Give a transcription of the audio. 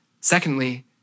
Secondly